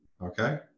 okay